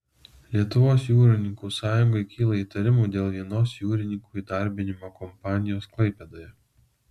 lietuvos jūrininkų sąjungai kyla įtarimų dėl vienos jūrininkų įdarbinimo kompanijos klaipėdoje